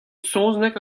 saozneg